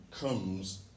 comes